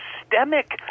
systemic